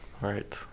right